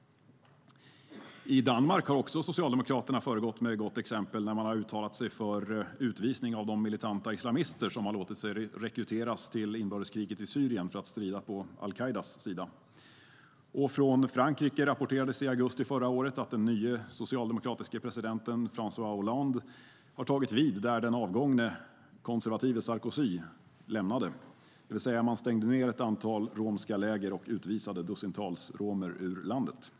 I Danmark har socialdemokraterna också föregått med gott exempel när de uttalat sig för utvisning av de militanta islamister som har låtit sig rekryteras till inbördeskriget i Syrien för att strida på al-Qaidas sida. Från Frankrike rapporterades i augusti förra året att den nye socialdemokratiske presidenten François Hollande har tagit vid där den avgångne, konservative Sarkozy lämnade: Man stängde ned ett antal romska läger och utvisade dussintals romer ur landet.